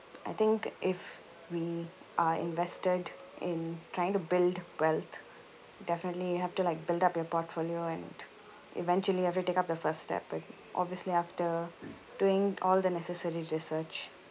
I think if we are invested in trying to build wealth definitely you have to like build up your portfolio and eventually have to take up the first step obviously after doing all the necessary research